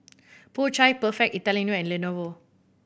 Po Chai Perfect Italiano and Lenovo